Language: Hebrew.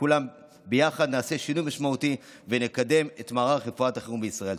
כולם ביחד נעשה שינוי משמעותי ונקדם את מערך רפואת החירום בישראל.